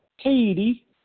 Katie